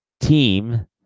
team